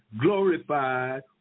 glorified